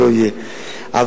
בסוף,